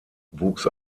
wuchs